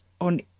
on